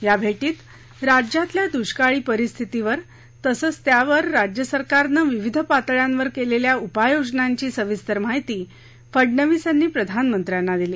या भेटीत राज्यातल्या दुष्काळी परिस्थिती तसंच त्यावर राज्य सरकारनं विविध पातळ्यांवर केलेल्या उपाययोजनांची सविस्तर माहिती फडनवीस यांनी प्रधानमंत्र्यांना दिली